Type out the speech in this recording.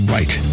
Right